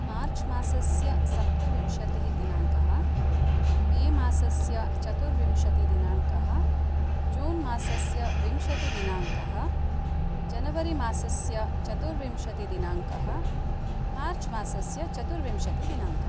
मार्च् मासस्य सप्तविंशतिः दिनाङ्कः मे मासस्य चतुर्विंशतिदिनाङ्कः जून् मासस्य विंशतिदिनाङ्कः जनवरि मासस्य चतुर्विंशतिदिनाङ्कः मार्च् मासस्य चतुर्विंशतिदिनाङ्कः